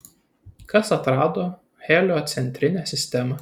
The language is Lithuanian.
kas atrado heliocentrinę sistemą